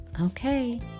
Okay